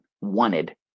wanted